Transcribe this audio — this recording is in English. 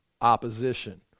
opposition